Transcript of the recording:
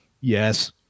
yes